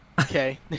okay